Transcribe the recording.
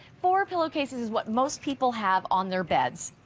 four pillowcases is what most people have on their beds.